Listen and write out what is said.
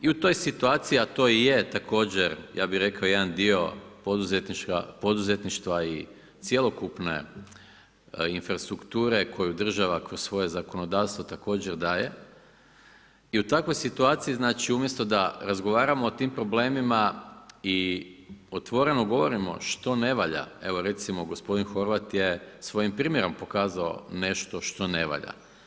I u toj situaciji, a to i je također ja bih rekao jedan dio poduzetništva i cjelokupne infrastrukture koju država kroz svoje zakonodavstvo također daje i u takvoj situaciji, umjesto da razgovaramo o tim problemima i otvoreno govorimo što ne valja, evo recimo gospodin Horvat je svojim primjerom pokazao nešto što ne valja.